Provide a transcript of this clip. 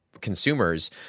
consumers